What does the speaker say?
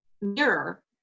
mirror